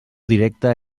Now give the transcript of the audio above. directa